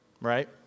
right